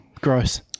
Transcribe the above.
gross